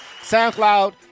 SoundCloud